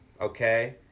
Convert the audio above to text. okay